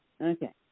Okay